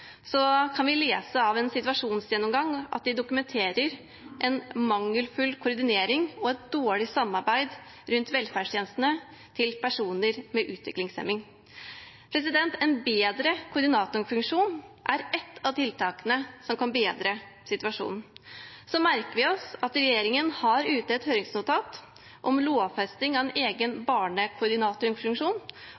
kan vi lese av en situasjonsgjennomgang at de dokumenterer en mangelfull koordinering og et dårlig samarbeid rundt velferdstjenestene til personer med utviklingshemning. En bedre koordinatorfunksjon er et av tiltakene som kan bedre situasjonen. Så merker vi oss at regjeringen har ute et høringsnotat om lovfesting av en egen